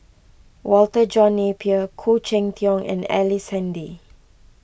Walter John Napier Khoo Cheng Tiong and Ellice Handy